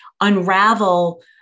unravel